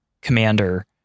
commander